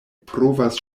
provas